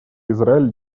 израиль